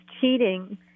cheating